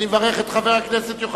50 בעד, שני מתנגדים, אין